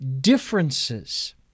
differences